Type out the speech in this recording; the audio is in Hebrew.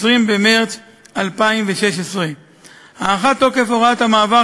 20 במרס 2016. הארכת תוקף הוראת המעבר